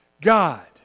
God